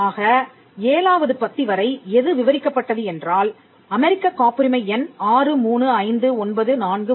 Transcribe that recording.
ஆக ஏழாவது பத்தி வரை எது விவரிக்கப்பட்டது என்றால் அமெரிக்கக் காப்புரிமை எண் 635 943